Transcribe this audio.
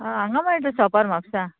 हां हांगा मेळटा शॉपार म्हापसा